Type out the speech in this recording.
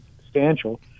substantial